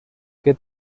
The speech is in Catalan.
que